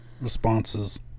Responses